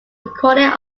recording